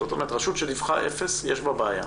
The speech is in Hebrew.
זאת אומרת, רשות שדיווחה אפס יש בה בעיה.